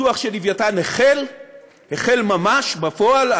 הפיתוח של "לווייתן" החל ממש בפועל,